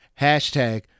Hashtag